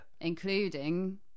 Including